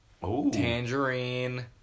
Tangerine